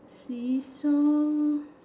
see-saw